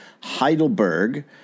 Heidelberg